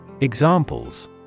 Examples